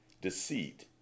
Deceit